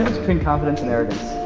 between confidence and arrogance?